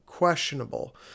questionable